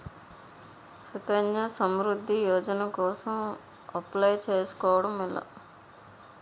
సుకన్య సమృద్ధి యోజన కోసం అప్లయ్ చేసుకోవడం ఎలా?